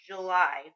July